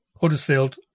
Huddersfield